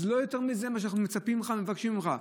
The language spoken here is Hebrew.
לא יותר מזה, זה מה שאנחנו מצפים ממך, מבקשים ממך.